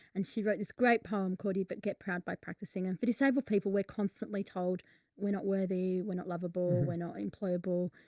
and she wrote this great poem, called you but get proud by practicing and for disabled people we're constantly told we're not worthy. we're not lovable, we're not employable.